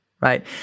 right